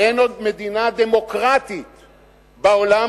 אין עוד מדינה דמוקרטית בעולם,